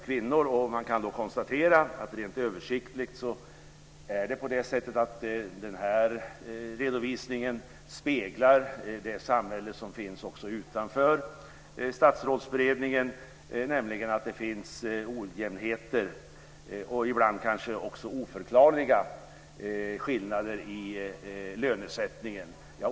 Man kan då konstatera att denna redovisning rent översiktligt speglar det samhälle som finns också utanför Statsrådsberedningen, nämligen att det finns ojämnheter och ibland kanske också oförklarliga skillnader i lönesättningen.